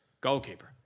Goalkeeper